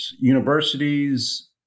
universities